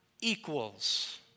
equals